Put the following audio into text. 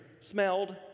smelled